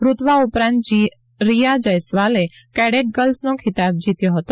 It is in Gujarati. રૂત્વા ઉપરાંત રીયા જયસ્વાલે કેડેટ ગર્લ્સનો ખિતાબ જીત્યો હતો